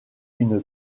une